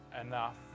enough